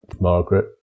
Margaret